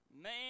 Man